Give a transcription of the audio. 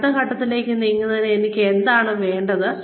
അടുത്ത ഘട്ടത്തിലേക്ക് നീങ്ങുന്നതിന് എനിക്ക് എന്താണ് വേണ്ടത്